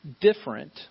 different